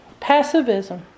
Passivism